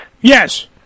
Yes